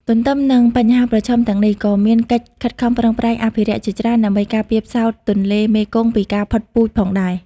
ទន្ទឹមនឹងបញ្ហាប្រឈមទាំងនេះ ក៏មានកិច្ចខិតខំប្រឹងប្រែងអភិរក្សជាច្រើនដើម្បីការពារផ្សោតទន្លេមេគង្គពីការផុតពូជផងដែរ។